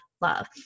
love